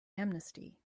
amnesty